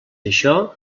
això